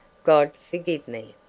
god forgive me,